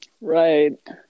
right